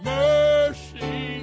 mercy